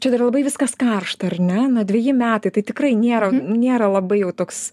čia dar labai viskas karšta ar ne dveji metai tai tikrai nėra nėra labai jau toks